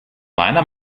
meiner